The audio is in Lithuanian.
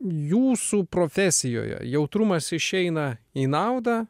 jūsų profesijoje jautrumas išeina į naudą